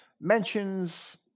mentions